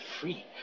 free